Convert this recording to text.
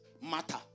matter